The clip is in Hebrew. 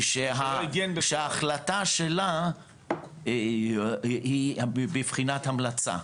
ההחלטה שלו היא בבחינת המלצה,